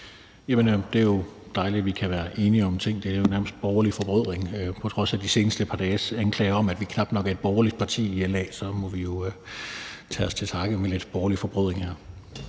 det er jo dejligt, at vi kan være enige om ting. Det er jo nærmest borgerlig forbrødring på trods af de seneste par dages anklager om, at LA knap nok er et borgerligt parti. Så må vi jo tage til takke med lidt borgerlig forbrødring.